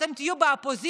כשאתם תהיו באופוזיציה,